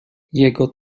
jego